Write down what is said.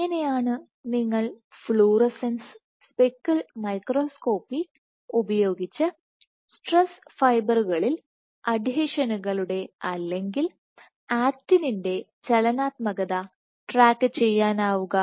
എങ്ങനെയാണ് നിങ്ങൾക്ക് fluorescence speckle microscopy ഉപയോഗിച്ച് സ്ട്രെസ് ഫൈബറുകളിൽ അഡ്ഹീഷനുകളുടെ അല്ലെങ്കിൽ ആക്റ്റിന്റെ ചലനാത്മകത ട്രാക്ക് ചെയ്യാനാവുക